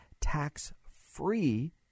tax-free